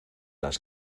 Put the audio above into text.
las